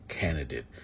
candidate